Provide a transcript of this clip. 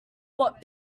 what